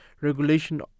regulation